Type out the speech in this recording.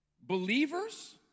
Believers